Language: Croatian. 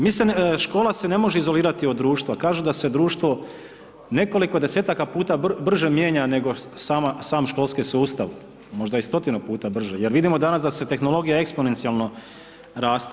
Mislim, škola se ne može izolirati od društva kažu da se društvo, nekoliko desetaka puta brže mijenja nego sam školski sustav, možda i 100-tinu puta brže, jer vidimo danas da se tehnologija eksponencijalno raste.